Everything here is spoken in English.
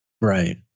Right